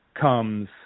comes